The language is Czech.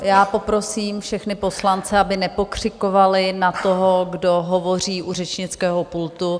Já poprosím všechny poslance, aby nepokřikovali na toho, kdo hovoří u řečnického pultu.